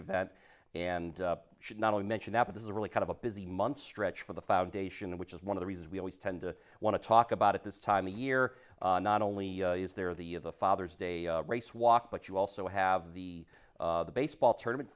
event and should not only mention that this is a really kind of a busy month stretch for the foundation which is one of the reasons we always tend to want to talk about at this time of year not only is there the of the father's day race walk but you also have the baseball tournament